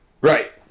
Right